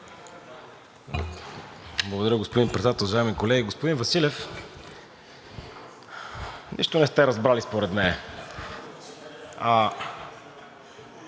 Благодаря, господин Председател, уважаеми колеги! Господин Василев, нищо не сте разбрали според мен.